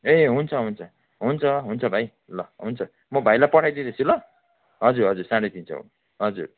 ए हुन्छ हुन्छ हुन्छ हुन्छ भाइ ल हुन्छ म भाइलाई पठाइदिँदैछु ल हजुर हजुर साँढे तीन सय हजुर